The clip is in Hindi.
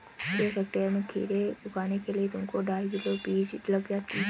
एक हेक्टेयर में खीरे उगाने के लिए तुमको ढाई किलो बीज लग ही जाएंगे